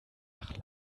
nach